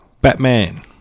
Batman